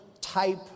type